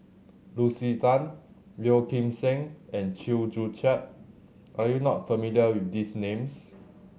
Lucy Tan Yeo Kim Seng and Chew Joo Chiat are you not familiar with these names